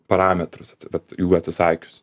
parametrus vat jų atsisakius